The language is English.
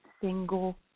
single